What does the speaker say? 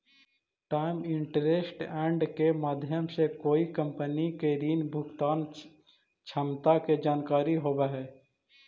times interest earned के माध्यम से कोई कंपनी के ऋण भुगतान क्षमता के जानकारी होवऽ हई